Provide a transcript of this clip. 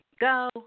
go